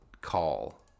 call